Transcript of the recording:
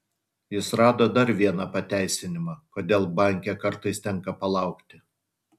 jis rado dar vieną pateisinimą kodėl banke kartais tenka palaukti